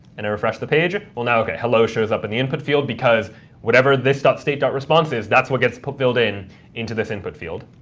and refresh the page, well now, ok, hello shows up in the input field because whatever this state response is, that's what gets filled in into this input field.